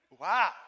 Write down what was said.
Wow